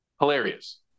hilarious